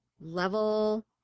level